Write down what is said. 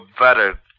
better